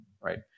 right